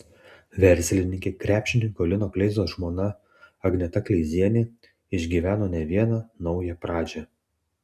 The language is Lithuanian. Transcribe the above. verslininkė krepšininko lino kleizos žmona agneta kleizienė išgyveno ne vieną naują pradžią